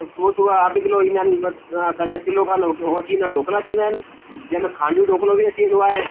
सुबुह सुबुह अधु किलो ईन्दा आहिनि असांजा किलो खन हो अची वेंदा आहिनि ढोकला अची वेंदा आहिनि जैं में खांडवी ढोकलो बि अची वेंदो आहे